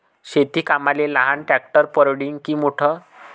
शेती कामाले लहान ट्रॅक्टर परवडीनं की मोठं?